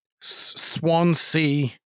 Swansea